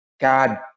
God